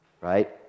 right